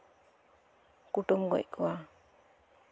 ᱠᱩᱴᱟᱹᱢ ᱜᱚᱡ ᱠᱚᱣᱟ